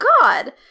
God